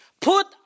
Put